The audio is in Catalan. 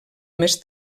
més